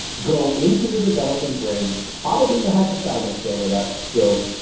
go into the developing brain, probably the hypothalamus, although that's still,